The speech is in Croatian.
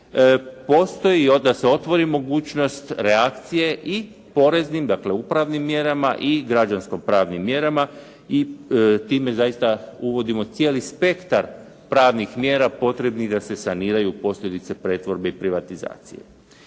koristi da se otvori mogućnost reakcije i poreznim, dakle upravnim mjerama i građansko-pravnim mjerama. I time zaista uvodimo cijeli spektar pravnih mjera potrebnih da se saniraju posljedice pretvorbe i privatizacije.